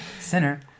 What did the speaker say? Sinner